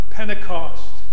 Pentecost